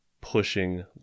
pushing